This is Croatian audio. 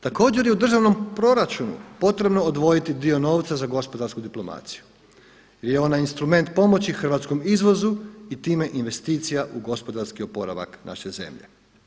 Također je u državnom proračunu potrebno odvojiti dio novca za gospodarsku diplomaciju jer je ona instrument pomoći hrvatskom izvozu i time investicija u gospodarski oporavak naše zemlje.